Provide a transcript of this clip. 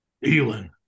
healing